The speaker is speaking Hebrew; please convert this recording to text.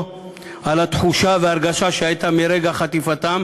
על התחושה וההרגשה שהייתה מרגע חטיפתם